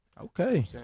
Okay